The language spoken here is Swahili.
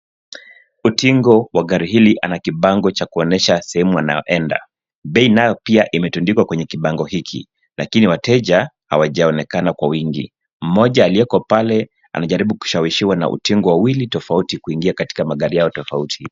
Utingo wa gari hili ana kibango cha kuonyesha sehemu anayoenda. Bei nayo pia imetundikwa kwenye bango hiki, lakini wateja hawajaonekana kwa wingi. Mmoja aliyoko pale anajaribu kushawishiwa na utingo wawili tofauti kuingia katika magari yao tofauti.